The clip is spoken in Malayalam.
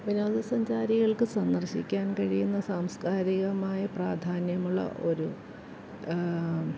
വിനോദസഞ്ചാരികൾക്ക് സന്ദർശിക്കാൻ കഴിയുന്ന സാംസ്കാരികമായി പ്രാധാന്യമുള്ള ഒരു